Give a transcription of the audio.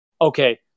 okay